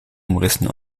umrissen